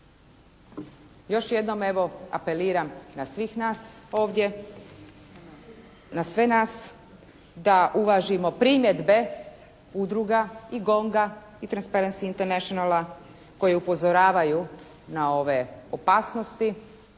Još jednom evo apeliram na svih nas ovdje, na sve nas da uvažimo primjedbe udruga i «Gonga» i «Transparency Internationala» koji upozoravaju na ove opasnosti.